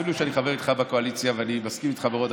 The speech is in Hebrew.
אפילו שאני חבר איתך בקואליציה ואני מסכים איתך מאוד,